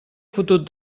fotut